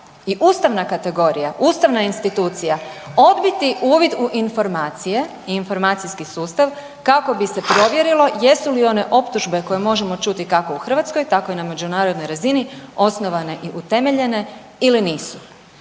i ustavna kategorija, ustavna institucija odbiti uvid u informacije i informacijski sustav kako bi se provjerilo jesu li one optužbe koje možemo čuti kako u Hrvatskoj, tako i na međunarodnoj razini osnovane i utemeljene ili nisu.